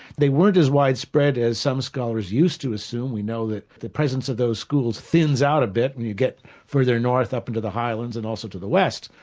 they weren't as widespread as some scholars used to assume. we know that the presence of those schools thins out a bit when and you get further north up into the highlands and also to the west.